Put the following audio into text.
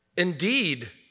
Indeed